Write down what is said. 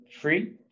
free